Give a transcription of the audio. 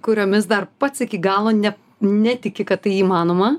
kuriomis dar pats iki galo ne netiki kad tai įmanoma